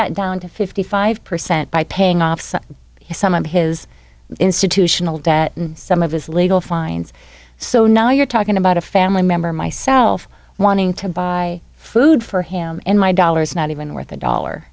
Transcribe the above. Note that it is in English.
that down to fifty five percent by paying off some of his institutional debt and some of his legal fines so now you're talking about a family member myself wanting to buy food for him and my dollars not even worth a dollar